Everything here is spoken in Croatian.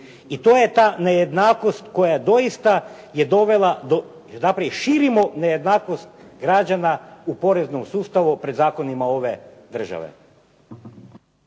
I to je ta nejednakost koja doista je dovela …/Govornik se ne razumije./… nejednakost građana u poreznom sustavu pred zakonima ove države.